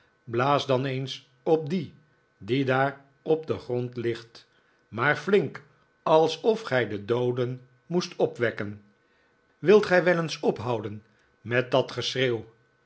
blaas dan eens op dien die daar op den grond ligt maar flink alsof gij de dooden moest opwekken wilt gij wel eens opppyu j om den haard in de herberg houden met dat geschreeuw